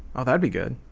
oh, that'd be good.